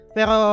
Pero